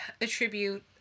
attribute